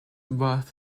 worth